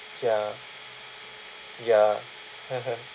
ya ya